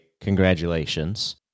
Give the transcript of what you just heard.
congratulations